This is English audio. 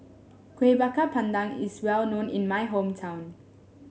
Kueh Bakar Pandan is well known in my hometown